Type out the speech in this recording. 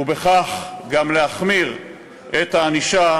ובכך גם להחמיר את הענישה